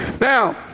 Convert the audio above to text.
Now